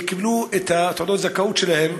הם קיבלו את תעודת הזכאות שלהם,